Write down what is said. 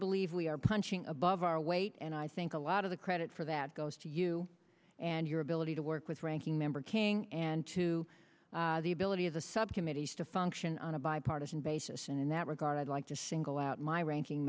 believe we are punching above our weight and i think a lot of the credit for that goes to you and your ability to work with ranking member king and to the ability of the subcommittees to function on a bipartisan basis and in that regard i'd like to single out my ranking